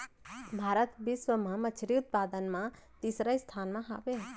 भारत बिश्व मा मच्छरी उत्पादन मा तीसरा स्थान मा हवे